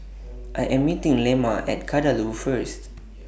I Am meeting Lemma At Kadaloor First